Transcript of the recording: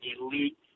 elite